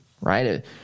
right